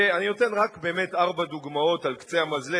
ואני נותן באמת רק ארבע דוגמאות, על קצה המזלג.